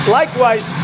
likewise